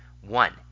one